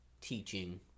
teaching